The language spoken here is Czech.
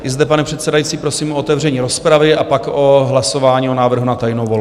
I zde, pane předsedající, prosím o otevření rozpravy a pak o hlasování, o návrhu na tajnou volbu.